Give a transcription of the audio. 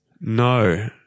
No